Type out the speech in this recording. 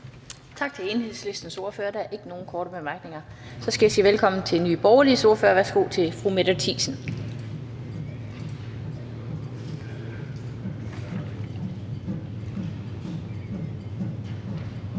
Tak til Enhedslistens ordfører. Der er ikke nogen korte bemærkninger. Så skal jeg sige velkommen til Nye Borgerliges ordfører. Værsgo til fru Mette Thiesen.